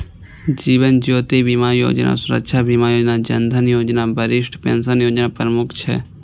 जीवन ज्योति बीमा योजना, सुरक्षा बीमा योजना, जन धन योजना, वरिष्ठ पेंशन योजना प्रमुख छै